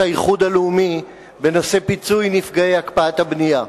האיחוד הלאומי בנושא פיצוי נפגעי הקפאת הבנייה.